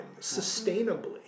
sustainably